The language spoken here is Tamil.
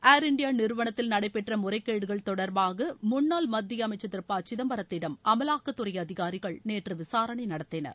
ஏர் இண்டியா நிறுவனத்தில் நடைபெற்ற முறைகேடுகள் தொடர்பாக முன்னாள் மத்திய அமைச்சர் திரு ப சிதம்பரத்திடம் அமலாக்கத்துறை அதிகாரிகள் நேற்று விசாரணை நடத்தினர்